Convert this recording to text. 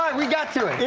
we got you.